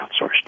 outsourced